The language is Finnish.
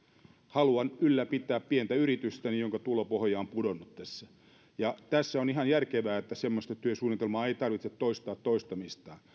haluan ylläpitää pientä yritystäni jonka tulopohja on pudonnut tässä tässä on ihan järkevää että semmoista työsuunnitelmaa ei tarvitse toistaa toistamistaan